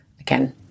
Again